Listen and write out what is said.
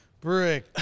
Brick